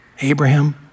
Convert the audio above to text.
Abraham